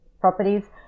properties